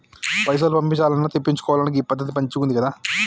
పైసలు పంపించాల్నన్నా, తెప్పిచ్చుకోవాలన్నా గీ పద్దతి మంచిగుందికదా